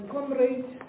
Comrade